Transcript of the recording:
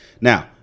Now